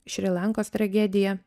šri lankos tragediją